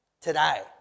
today